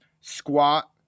squat